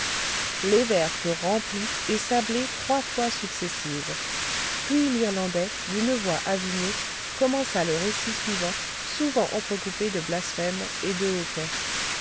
les verres furent remplis et sablés trois fois successives puis l'irlandais d'une voix avinée commença le récit suivant souvent entrecoupé de blasphèmes et de